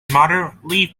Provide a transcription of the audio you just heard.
moderately